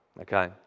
Okay